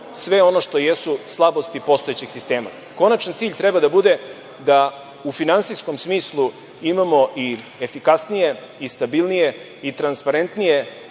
sve ono što jesu slabosti postojećeg sistema. Konačan cilj treba da bude da u finansijskom smislu imamo i efikasnije i stabilnije i transparentnije